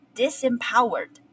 disempowered